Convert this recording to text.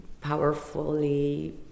powerfully